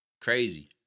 Crazy